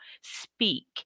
speak